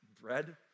bread